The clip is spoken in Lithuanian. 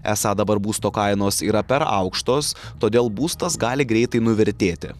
esą dabar būsto kainos yra per aukštos todėl būstas gali greitai nuvertėti